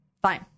Fine